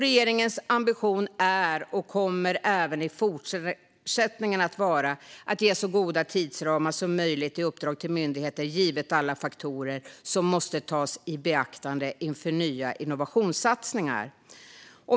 Regeringens ambition är och kommer även i fortsättningen att vara att ge så goda tidsramar som möjligt vid uppdrag till myndigheter, givet alla faktorer som måste tas i beaktande inför nya innovationssatsningar.